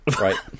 Right